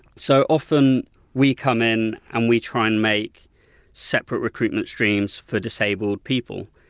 so, often we come in and we try and make separate recruitment streams for disabled people.